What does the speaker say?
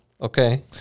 Okay